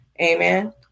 amen